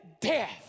death